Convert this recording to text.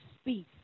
speak